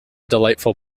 delightful